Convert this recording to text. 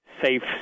safe